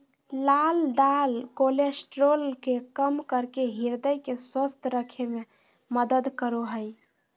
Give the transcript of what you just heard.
लाल दाल कोलेस्ट्रॉल के कम करके हृदय के स्वस्थ रखे में मदद करो हइ